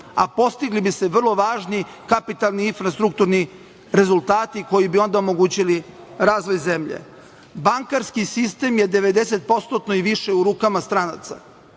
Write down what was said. a postigli bi se vrlo važni kapitalni i infrastrukturni rezultati koji bi onda omogućili razvoj zemlje. Bankarski sistem je 90% i više u rukama stranaca.